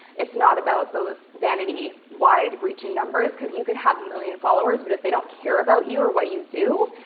it's not about those vanity, wide-reaching numbers, because you could have a million followers, but if they don't care about you or what you do,